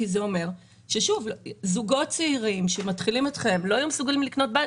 כי זה אומר שזוגות צעירים שמתחילים את חייהם לא יהיו מסוגלים לקנות בית,